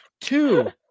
two